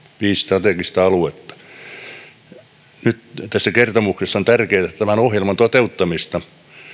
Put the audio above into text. viisi strategista aluetta on tärkeätä että tässä kertomuksessa tämän ohjelman toteuttamista